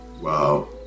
Wow